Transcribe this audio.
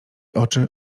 oczy